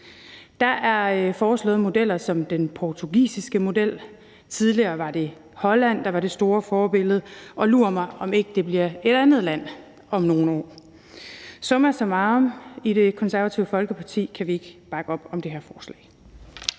Der er foreslået modeller som den portugisiske model. Tidligere var det Holland, der var det store forbillede, og lur mig, om ikke det bliver et andet land om nogle år. Summa summarum: I Det Konservative Folkeparti kan vi ikke bakke op om det her forslag.